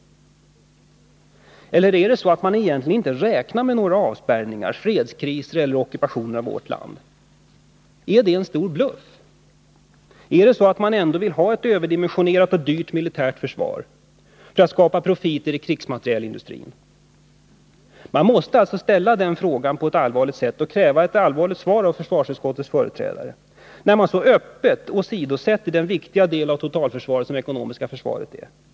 Eller räknar man egentligen inte med några avspärrningar, fredskriser eller ockupationer för vårt lands del? Är det en stor bluff? Vill man ha ett överdimensionerat och dyrt militärt försvar för att skapa profiter i krigsmaterielindustrin? Det är nödvändigt att ställa den frågan och kräva ett allvarligt svar av försvarsutskottets företrädare, när man så öppet åsidosätter den viktiga del av totalförsvaret som det ekonomiska försvaret utgör. Herr talman!